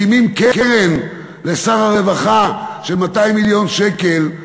מקימים קרן לשר הרווחה, של 200 מיליון שקלים,